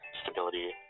stability